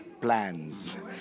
plans